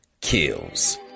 kills